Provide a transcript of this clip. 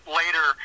later